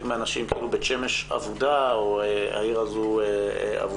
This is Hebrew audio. מהאנשים כאילו בית שמש אבודה או העיר הזו אבודה.